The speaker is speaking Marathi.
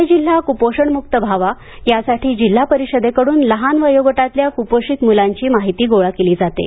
पुणे जिल्हा कुपोषणमुक्त व्हावा यासाठी जिल्हा परिषदेकडून लहान वयोगटातील कुपोषित मुलांची माहिती गोळा केली जाते